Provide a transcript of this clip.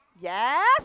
yes